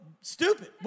Stupid